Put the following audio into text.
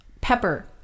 pepper